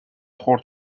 خرد